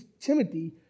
Timothy